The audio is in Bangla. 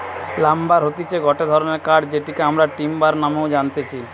লাম্বার হতিছে গটে ধরণের কাঠ যেটিকে আমরা টিম্বার নামেও জানতেছি